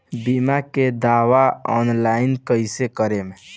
बीमा के दावा ऑनलाइन कैसे करेम?